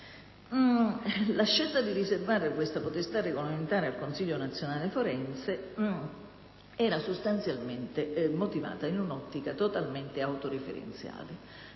La scelta di riservare questa potestà regolamentare al Consiglio nazionale forense era sostanzialmente motivata in un'ottica totalmente autoreferenziale.